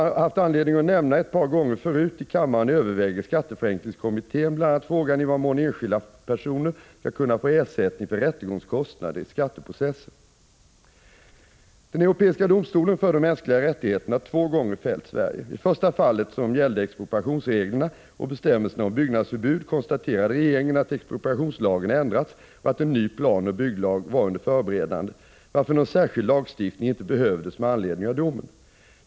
Som jag har haft anledning att nämna ett par gånger förut i kammaren överväger skatteförenklingskommittén bl.a. frågan i vad mån enskilda personer skall kunna få ersättning för rättegångskostnader i skatteprocesser. Den europeiska domstolen för de mänskliga rättigheterna har två gånger fällt Sverige. I det första fallet, som gällde expropriationsreglerna och bestämmelserna om byggnadsförbud, konstaterade regeringen att expropriationslagen ändrats och att en ny planoch bygglag var under förberedande, varför någon särskild lagstiftning inte behövdes med anledning av domen.